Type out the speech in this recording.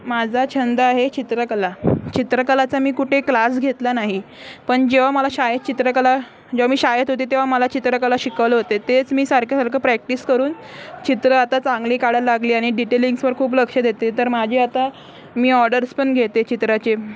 मा माझा छंद आहे चित्रकला चित्रकलाचा मी कुठे क्लास घेतला नाही पण जेव्हा मला शाळेत चित्रकला जेव्हा मी शाळेत होते तेव्हा मला चित्रकला शिकवलं होते तेच मी सारख्या सारखं प्रॅक्टिस करून चित्र आता चांगली काढायला लागली आणि डिटेलिंग्सवर खूप लक्ष देते तर माझे आता मी ऑर्डर्स पण घेते चित्राचे